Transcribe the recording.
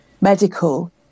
medical